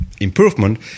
improvement